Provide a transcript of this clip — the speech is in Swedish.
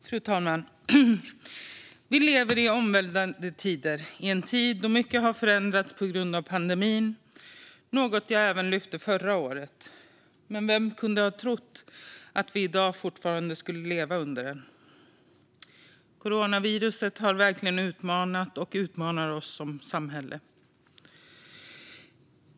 Fru talman! Vi lever i omvälvande tider då mycket har förändrats på grund av pandemin, något jag även lyfte upp förra året. Vem kunde tro att vi i dag fortfarande skulle leva under den? Coronaviruset har verkligen utmanat och utmanar oss som samhälle.